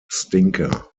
stinker